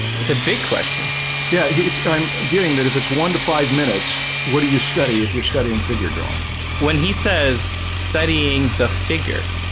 it's a big question yeah, it's i'm getting that if it's one to five minutes, what do you study if you're studying figure drawing when he says? studying the figure